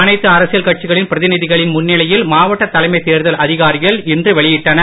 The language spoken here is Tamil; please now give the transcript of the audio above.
அனைத்து அரசியல் கட்சிகளின் பிரதிநிதிகளின் முன்னிலையில் மாவட்ட தலைமை தேர்தல் அதிகாரிகள் இன்று வெளியிட்டனர்